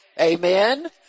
Amen